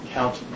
Count